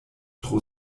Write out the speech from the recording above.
tro